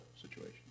situation